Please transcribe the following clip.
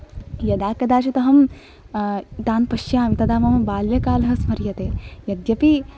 यदा कदाचित् अहं तान् पश्यामि तदा मम बाल्यकालः स्मर्यते यद्यपि